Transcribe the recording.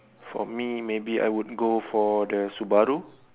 for me maybe I would go for the Subaru